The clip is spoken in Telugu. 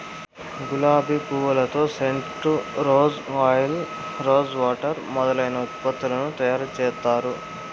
గులాబి పూలతో scent, rose oil, rose water మొదలైన ఉత్పత్తులను తయారు చేత్తారు